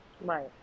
Right